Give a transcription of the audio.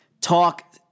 talk